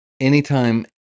anytime